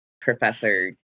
professor